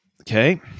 Okay